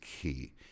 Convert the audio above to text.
key